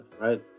right